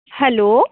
hello